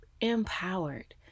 empowered